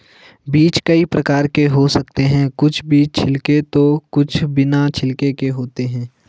बीज कई प्रकार के हो सकते हैं कुछ बीज छिलके तो कुछ बिना छिलके के होते हैं